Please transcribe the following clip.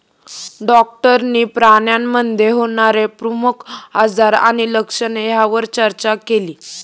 डॉक्टरांनी प्राण्यांमध्ये होणारे प्रमुख आजार आणि लक्षणे यावर चर्चा केली